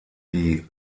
die